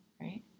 Right